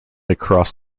across